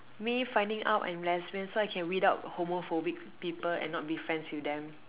me finding out I'm lesbian so I can weed out homophobic people and not be friends with them